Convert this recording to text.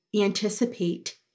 anticipate